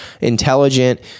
intelligent